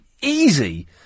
easy